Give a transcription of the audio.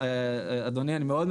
אדוני מנכ"ל הדואר,